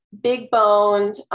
big-boned